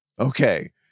Okay